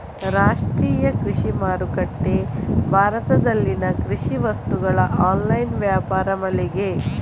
ರಾಷ್ಟ್ರೀಯ ಕೃಷಿ ಮಾರುಕಟ್ಟೆ ಭಾರತದಲ್ಲಿನ ಕೃಷಿ ವಸ್ತುಗಳ ಆನ್ಲೈನ್ ವ್ಯಾಪಾರ ಮಳಿಗೆ